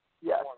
Yes